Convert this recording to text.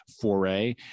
foray